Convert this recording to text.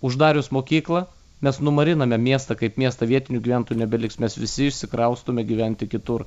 uždarius mokyklą mes numariname miestą kaip miestą vietinių gyventojų nebeliks mes visi išsikraustome gyventi kitur